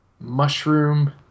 mushroom